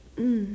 mm